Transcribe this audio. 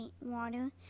water